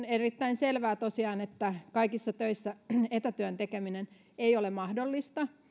erittäin selvää että kaikissa töissä etätyön tekeminen ei ole mahdollista